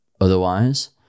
otherwise